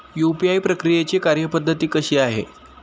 UPI प्रक्रियेची कार्यपद्धती कशी आहे?